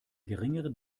geringere